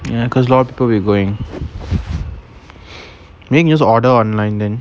ya because lot of people will be going can we just order online then